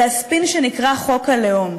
זה הספין שנקרא "חוק הלאום".